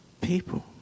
People